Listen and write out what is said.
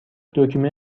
دکمه